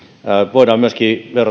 voidaan myöskin